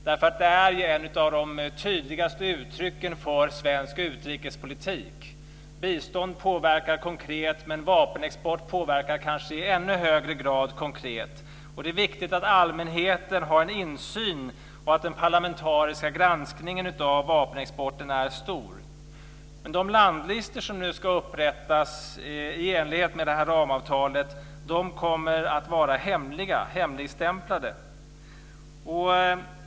Den är ju ett av de tydligaste uttrycken för svensk utrikespolitik. Bistånd påverkar konkret, men vapenexport påverkar kanske i ännu högre grad konkret. Det är viktigt att allmänheten har en insyn och att den parlamentariska granskningen av vapenexporten är omfattande. De landlistor som nu ska upprättas i enlighet med ramavtalet kommer dock att vara hemligstämplade.